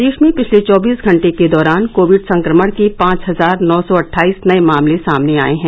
प्रदेश में पिछले चौबीस घंटे के दौरान कोविड संक्रमण के पांच हजार नौ सौ अट्ठाइस नये मामले सामने आये हैं